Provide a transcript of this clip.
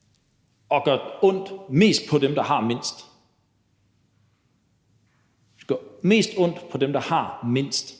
– rammer med den sociale pil nedad og gør mest ondt på dem, der har mindst,